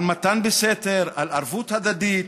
על מתן בסתר, על ערבות הדדית,